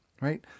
right